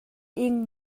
ing